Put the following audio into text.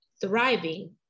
thriving